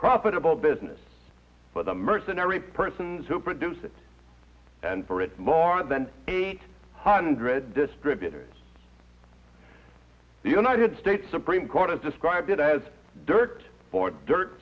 profitable business for the mercenary persons who produce it and for it more than eight hundred distributors the united states supreme court has described it as dirt for dirt